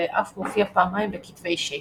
ואף מופיע פעמיים בכתבי שייקספיר.